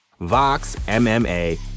VOXMMA